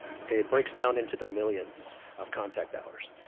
okay, it breaks down into the millions of contact hours.